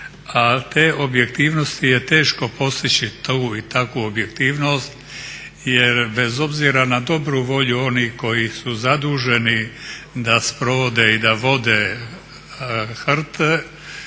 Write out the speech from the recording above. te objektivnosti je teško postići tu i takvu objektivnost jer bez obzira na dobru volju onih koji su zaduženi da sprovode i da vode HRT,